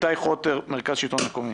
איתי חוטר, מרכז השלטון המקומי.